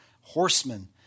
horsemen